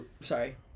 sorry